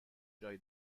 جای